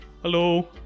Hello